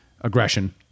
aggression